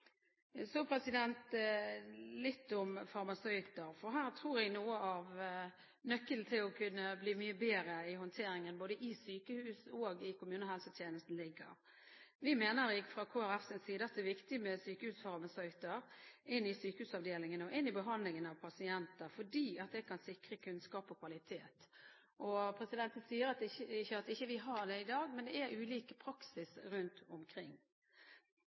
Så litt om farmasøyter, for her tror jeg noe av nøkkelen til å kunne bli mye bedre i håndteringen av medisiner både i sykehus og i kommunehelsetjenesten ligger. Vi mener fra Kristelig Folkepartis side at det er viktig med sykehusfarmasøyter inn i sykehusavdelingene og i behandlingen av pasienter, fordi det kan sikre kunnskap og kvalitet. Jeg sier ikke at ikke vi har det i dag, men det er ulik praksis rundt omkring.